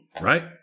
right